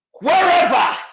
wherever